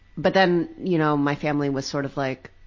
but then you know my family was sort of like,